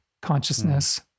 consciousness